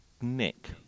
Nick